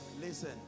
Listen